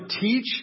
teach